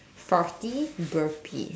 farty burpy